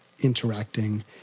interacting